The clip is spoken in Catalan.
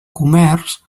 comerç